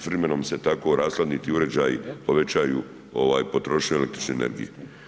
S vremenom se tako rashladni ti uređaji povećavaju potrošnju električne energije.